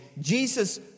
Jesus